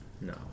No